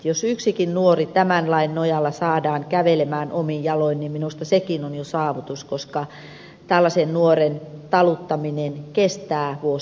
jos yksikin nuori tämän lain nojalla saadaan kävelemään omin jaloin niin minusta sekin on jo saavutus koska tällaisen nuoren taluttaminen kestää vuosikausia